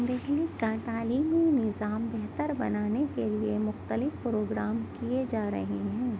دہلی کا تعلیمی نظام بہتر بنانے کے لیے مختلف پروگرام کیے جا رہے ہیں